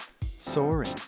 Soaring